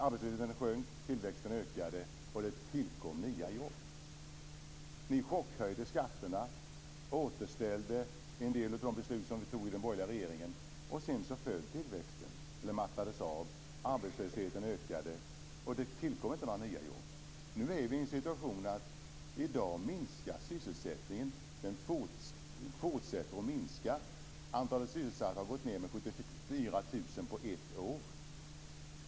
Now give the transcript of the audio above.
Arbetslösheten sjönk, tillväxten ökade, och det tillkom nya jobb. Ni chockhöjde skatterna och återställde en del av de beslut vi hade fattat i den borgerliga regeringen. Sedan mattades tillväxten av, arbetslösheten ökade, och det tillkom inte några nya jobb. I dag minskar sysselsättningen. Den fortsätter att minska. Antalet sysselsatta har gått ned med 74 000 på ett år.